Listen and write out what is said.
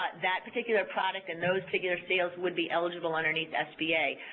ah that particular product and those particular sales would be eligible underneath sba,